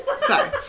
sorry